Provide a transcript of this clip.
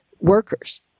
workers